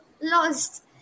lost